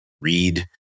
Read